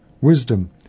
wisdom